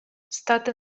стати